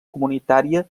comunitària